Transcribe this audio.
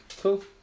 cool